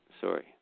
sorry